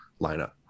lineup